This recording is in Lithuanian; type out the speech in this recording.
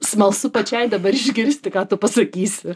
smalsu pačiai dabar išgirsti ką tu pasakysi